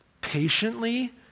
patiently